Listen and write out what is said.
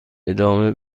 ادامه